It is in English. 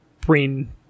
bring